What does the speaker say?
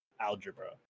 algebra